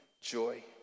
joy